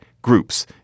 groups